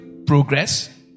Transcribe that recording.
progress